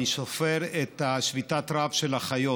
אני סופר שביתת רעב של החיות,